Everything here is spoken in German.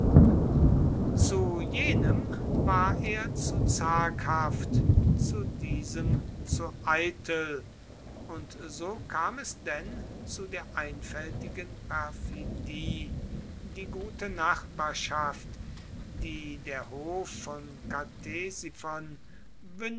zu jenem war er zu zaghaft zu diesem zu eitel und so kam er denn zu der einfältigen perfidie die gute nachbarschaft die der hof von